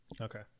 Okay